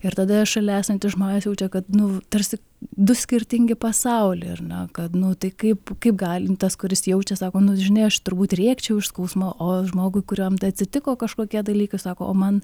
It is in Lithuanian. ir tada šalia esantys žmonės jaučia kad nu tarsi du skirtingi pasauliai ar ne kad nu tai kaip kaip gali tas kuris jaučia sako nu žinai aš turbūt rėkčiau iš skausmo o žmogui kuriam tai atsitiko kažkokie dalykai sako o man